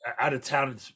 out-of-town